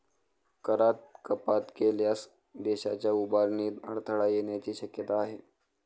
करात कपात केल्यास देशाच्या उभारणीत अडथळा येण्याची शक्यता आहे